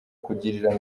kugirira